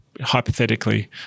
hypothetically